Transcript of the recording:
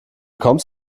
kommst